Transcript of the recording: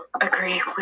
agree